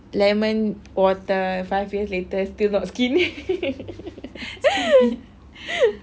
lemon water five years later still not skinny